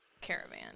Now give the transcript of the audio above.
caravan